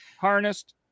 harnessed